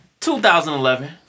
2011